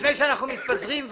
לפני שאנחנו מתפזרים,